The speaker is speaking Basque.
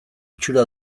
itxura